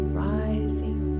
rising